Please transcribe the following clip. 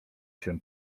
się